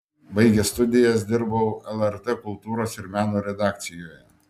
baigęs studijas dirbau lrt kultūros ir meno redakcijoje